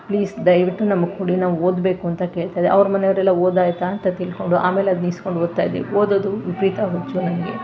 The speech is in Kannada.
ಪ್ಲೀಸ್ ದಯವಿಟ್ಟು ನಮಗೆ ಕೊಡಿ ನಾವು ಓದಬೇಕು ಅಂತ ಕೇಳ್ತಿದ್ದೆ ಅವ್ರ ಮನೆಯವರೆಲ್ಲ ಓದಾಯ್ತ ಅಂತ ತಿಳ್ಕೊಂಡು ಆಮೇಲೆ ಅದ್ನ ಇಸ್ಕೊಂಡು ಓದ್ತಾಯಿದ್ದೆ ಓದೋದು ವಿಪರೀತ ಹುಚ್ಚು ನಂಗೆ